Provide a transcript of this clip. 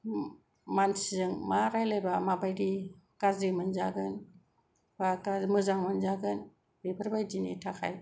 मानसिजों मा रायज्लायबा मा बायदि गाज्रि मोनजागोन बा मोजां मोनजागोन बेफोर बायदिनि थाखाय